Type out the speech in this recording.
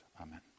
Amen